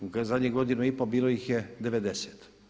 U zadnjih godinu i pol bilo ih je 90.